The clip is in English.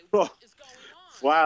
Wow